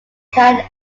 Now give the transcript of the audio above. can